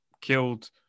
killed